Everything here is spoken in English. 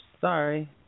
sorry